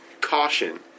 caution